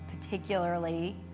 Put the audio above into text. particularly